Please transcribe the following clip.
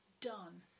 done